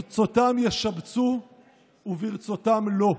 ברצותם ישבצו וברצותם לא,